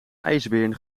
ijsberen